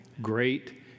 great